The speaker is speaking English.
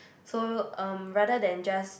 so erm rather than just